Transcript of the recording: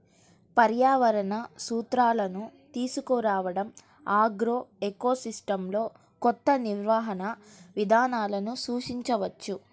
పర్యావరణ సూత్రాలను తీసుకురావడంఆగ్రోఎకోసిస్టమ్లోకొత్త నిర్వహణ విధానాలను సూచించవచ్చు